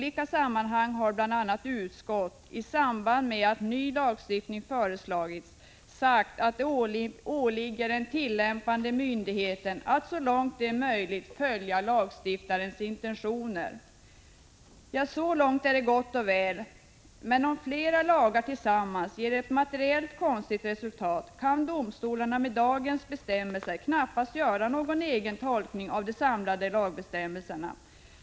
I samband med att ny lagstiftning föreslagits har bl.a. utskotten i olika sammanhang sagt att det åligger de tillämpande myndigheterna att så långt det är möjligt följa lagstiftarens intentioner. Så långt är det gott och väl, men om flera lagar tillsammans ger ett materiellt konstigt resultat, kan domstolarna med dagens bestämmelser knappast göra någon egen tolkning av de samlade lagbestämmelserna.